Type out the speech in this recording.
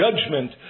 judgment